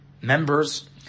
members